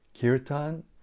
Kirtan